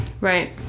Right